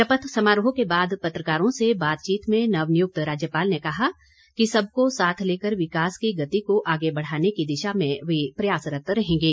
शपथ समारोह के बाद पत्रकारों से बातचीत में नवनियुक्त राज्यपाल ने कहा कि सबको साथ लेकर विकास की गति को आगे बढ़ाने की दिशा में वे प्रयासरत्त रहेंगे